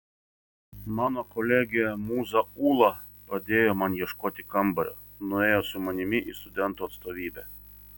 mano kolegė mūza ūla padėjo man ieškoti kambario nuėjo su manimi į studentų atstovybę